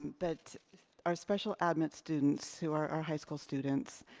but our special admit students, who are our high school students,